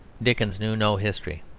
dickens knew no history,